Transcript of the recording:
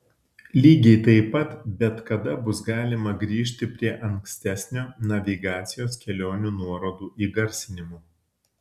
lygiai taip pat bet kada bus galima grįžti prie ankstesnio navigacijos kelionių nuorodų įgarsinimo